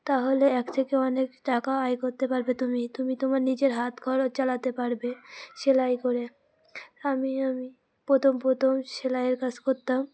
তাহলে এক থেকে অনেক টাকা আয় করতে পারবে তুমি তুমি তোমার নিজের হাত খরচ চালাতে পারবে সেলাই করে আমি আমি প্রথম প্রথম সেলাইয়ের কাজ করতাম